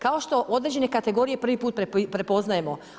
Kao što određene kategorije prvi put prepoznajemo.